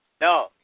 No